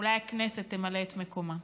אולי הכנסת תמלא את מקומה.